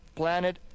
planet